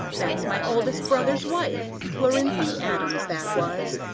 that's my oldest brother's wife, clorinthy adams that was.